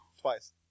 Twice